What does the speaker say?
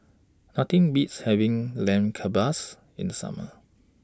Nothing Beats having Lamb Kebabs in The Summer